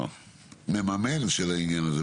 שהוא המממן של העניין הזה,